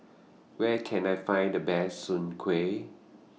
Where Can I Find The Best Soon Kuih